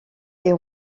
est